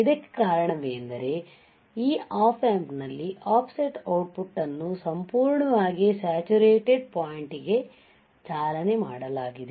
ಇದಕ್ಕೆ ಕಾರಣವೇನೆಂದರೆ ಈ ಆಪ್ ಆಂಪ್ನಲ್ಲಿನ ಆಫ್ಸೆಟ್ ಔಟ್ಪುಟ್ ಅನ್ನು ಸಂಪೂರ್ಣವಾಗಿ ಸ್ಯಾಚುರೇಟೆಡ್ ಪಾಯಿಂಟ್ಗೆ ಚಾಲನೆ ಮಾಡಲಾಗಿದೆ